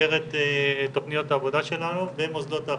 במסגרת תכניות העבודה שלנו במוסדות ההכשרה,